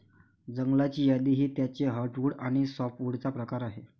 जंगलाची यादी ही त्याचे हर्टवुड आणि सॅपवुडचा प्रकार आहे